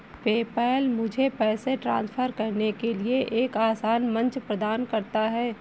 PayPal मुझे पैसे transfer करने के लिए एक आसान मंच प्रदान करता है